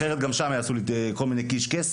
אחרת גם שם יעשו לי כל מיני קישקעס,